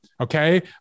Okay